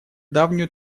давнюю